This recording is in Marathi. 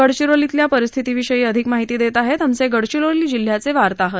गडचिरोलीतल्या परिस्थितीविषयी अधिक माहिती देत आहेत आमचे गडचिरोली जिल्ह्याचे वार्ताहर